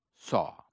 saw